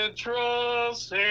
Trust